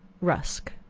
rusk.